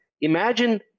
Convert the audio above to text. Imagine